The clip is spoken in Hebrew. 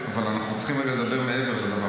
אבל אנחנו צריכים רגע לדבר מעבר לדבר